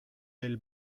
del